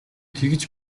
тэгж